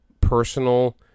personal